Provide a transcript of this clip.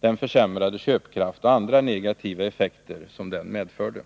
den försämrade köpkraft och andra negativa effekter som den medförde!